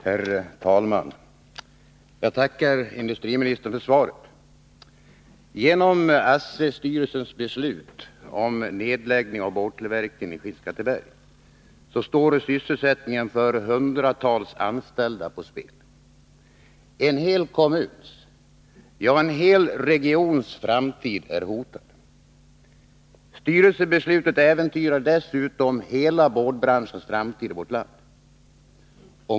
Herr talman! Jag tackar industriministern för svaret. Genom ASSI styrelsens beslut om nedläggning av boardtillverkningen i Skinnskatteberg står sysselsättningen för hundratals anställda på spel. En hel kommuns, ja, en hel regions framtid är hotad. Styrelsebeslutet äventyrar dessutom hela boardbranschens framtid i vårt land.